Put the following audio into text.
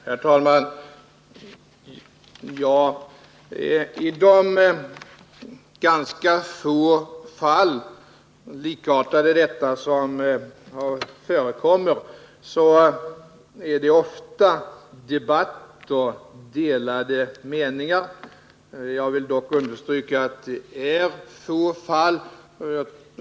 Herr talman! I de ganska få likartade fall som förekommer blir det ofta debatt och delade meningar. Jag vill dock understryka att det är få fall.